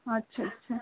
আচ্ছা আচ্ছা